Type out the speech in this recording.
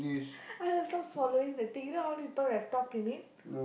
Anand stop swallowing the thing you know how people have talked in it